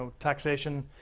and taxation.